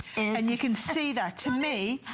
and you can see that to me,